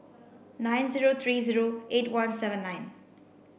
nine zero three zero eight one seven nine